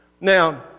now